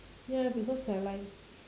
ya because I like